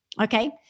okay